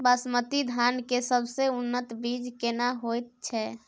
बासमती धान के सबसे उन्नत बीज केना होयत छै?